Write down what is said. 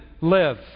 live